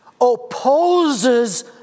opposes